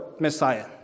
Messiah